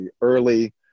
early